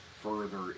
further